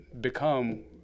become